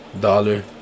Dollar